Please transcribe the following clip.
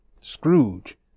Scrooge